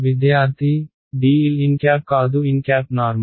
విద్యార్థి dl n కాదు n normal